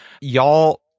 Y'all